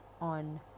on